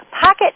Pocket